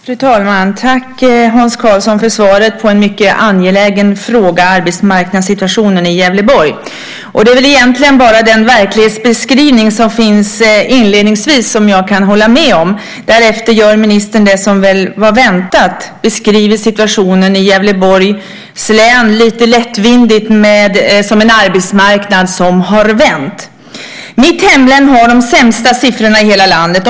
Fru talman! Jag tackar Hans Karlsson för svaret på en mycket angelägen fråga om arbetsmarknadssituationen i Gävleborg. Det är egentligen bara den verklighetsbeskrivning som finns inledningsvis som jag kan hålla med om. Därefter gör ministern det som väl var väntat. Han beskriver situationen i Gävleborgs län lite lättvindigt som en arbetsmarknad som har vänt. Mitt hemlän har de sämsta siffrorna i hela landet.